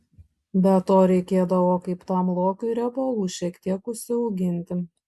be to reikėdavo kaip tam lokiui riebalų šiek tiek užsiauginti